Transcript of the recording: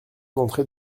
d’entrée